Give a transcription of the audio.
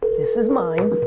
this is mine,